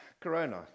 Corona